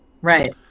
Right